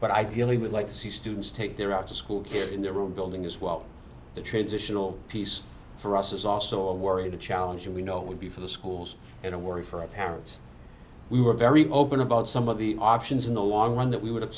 but ideally we'd like to see students take their after school in their own building as well the transitional piece for us is also a worry to challenge and we know it would be for the schools and a worry for a parents we were very open about some of the options in the long run that we would